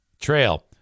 trail